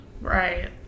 Right